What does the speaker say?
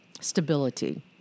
stability